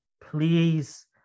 Please